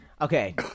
Okay